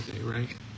right